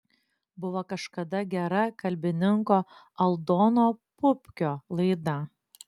buvo kažkada gera kalbininko aldono pupkio laida